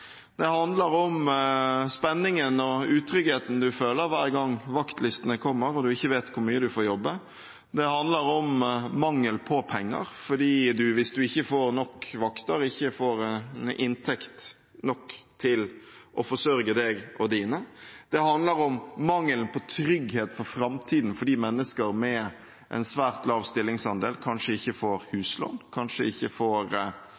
Det handler om spenningen og utryggheten en føler hver gang vaktlistene kommer og en ikke vet hvor mye en får jobbe. Det handler om mangel på penger fordi en, hvis en ikke får nok vakter, ikke får inntekt nok til å forsørge seg og sine. Det handler om mangelen på trygghet for framtiden fordi mennesker med en svært lav stillingsandel kanskje ikke får huslån – kanskje ikke får